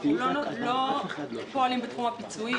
אנחנו לא פועלים בתחום הפיצויים,